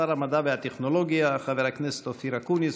שר המדע והטכנולוגיה חבר הכנסת אופיר אקוניס.